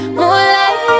moonlight